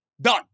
done